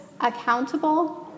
accountable